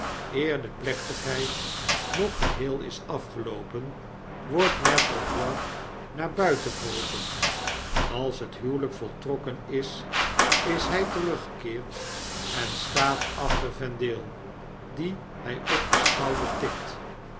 de plechtigheid nog geheel is afgeloopen wordt maitre voigt naar buiten geroepen als het huwelp voltrokken is is hg teruggekeerd en staat achter vendale dien hij op den schouder tikt